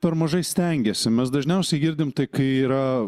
per mažai stengiasi mes dažniausiai girdim tai kai yra